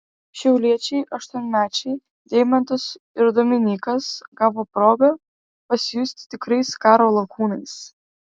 šiauliečiai aštuonmečiai deimantas ir dominykas gavo progą pasijusti tikrais karo lakūnais